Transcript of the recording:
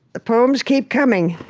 the poems keep coming